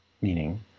meaning